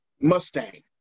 Mustang